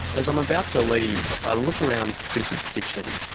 as i'm about to leave, i look around chris's kitchen.